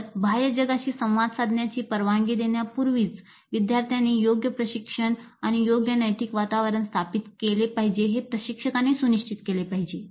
तर बाह्य जगाशी संवाद साधण्याची परवानगी देण्यापूर्वीच विद्यार्थ्यांनी योग्य प्रशिक्षण आणि योग्य नैतिक वातावरण स्थापित केले पाहिजे हे प्रशिक्षकांनी सुनिश्चित केले पाहिजे